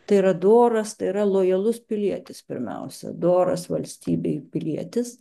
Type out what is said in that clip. tai yra doras tai yra lojalus pilietis pirmiausia doras valstybei pilietis